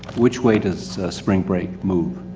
which way does spring break move?